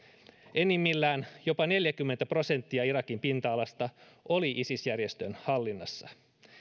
enimmillään jopa neljäkymmentä prosenttia irakin pinta alasta oli isis järjestön hallinnassa